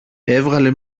έβγαλε